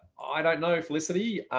i don't know felicity,